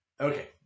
Okay